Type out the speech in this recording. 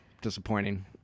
Disappointing